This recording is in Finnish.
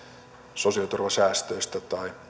sosiaaliturvan säästöistä tai